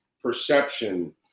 perception